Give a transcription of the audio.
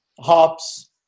hops